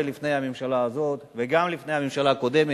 לפני הממשלה הזו וגם לפני הממשלה הקודמת.